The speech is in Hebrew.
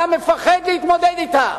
אתה מפחד להתמודד אתם.